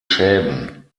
schäden